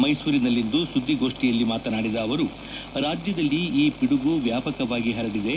ಮೈಸೂರಿನಲ್ಲಿಂದು ಸುದ್ದಿಗೋಷ್ಠಿಯನ್ನುದ್ದೇತಿಸಿ ಮಾತನಾಡಿದ ಅವರು ರಾಜ್ದದಲ್ಲಿ ಈ ಪಿಡುಗು ವ್ಯಾಪಕವಾಗಿ ಹರಡಿದೆ